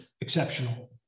exceptional